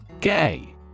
Gay